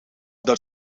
their